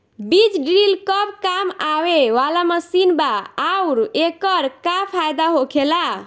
बीज ड्रील कब काम आवे वाला मशीन बा आऊर एकर का फायदा होखेला?